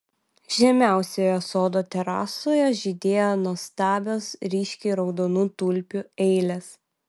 žemiausioje sodo terasoje žydėjo nuostabios ryškiai raudonų tulpių eilės